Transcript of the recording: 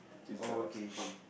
oh okay okay